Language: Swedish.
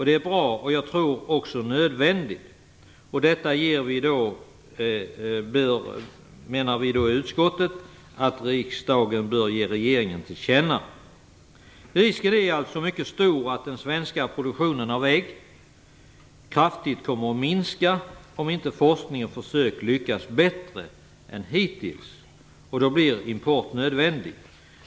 Det är bra och även nödvändigt, tror jag. Detta, menar utskottet, bör riksdagen ge regeringen till känna. Risken är alltså mycket stor att den svenska produktionen av ägg kommer att minska kraftigt om inte forskningens försök lyckas bättre än hittills. Då blir import nödvändig.